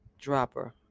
dropper